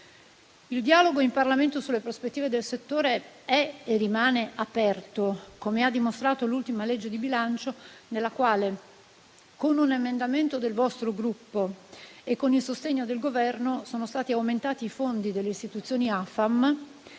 Il dialogo in Parlamento sulle prospettive del settore è e rimane aperto, come ha dimostrato l'ultima legge di bilancio nella quale, con un emendamento del vostro Gruppo e con il sostegno del Governo, sono stati aumentati i fondi delle istituzioni AFAM